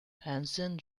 henson